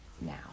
now